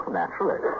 naturally